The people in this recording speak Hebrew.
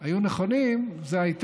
אז היו נכונים, זו הייתה